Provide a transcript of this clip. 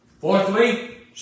Fourthly